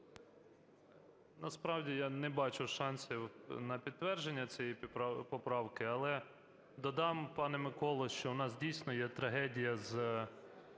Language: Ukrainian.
Насправді я не бачу шансів на підтвердження цієї поправки. Але додам, пане Миколо, що в нас дійсно є трагедія з